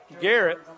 Garrett